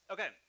Okay